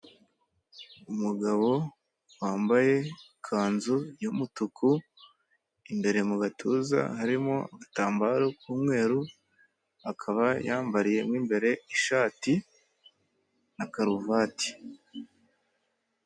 Umugabo wambaye ikanzu y'umutuku imbere mu gatuza harimo agatambaro k'umweru akaba yambariyemo imbere ishati na karuvati.